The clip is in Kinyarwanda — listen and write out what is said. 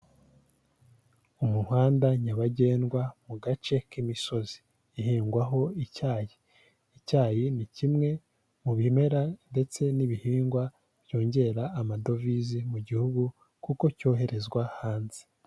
Umuhanda nyabagendwa mu gace k'imisozi ihingwaho icyayi. Icyayi ni kimwe mu bimera ndetse n'ibihingwa byongera amadovize mu gihugu kuko cyoherezwa hanze.